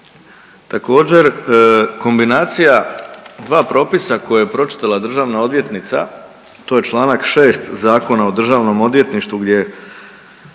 Također kombinacija dva propisa koje je pročitala državna odvjetnica to je čl. 6. Zakona o državnom odvjetništvu gdje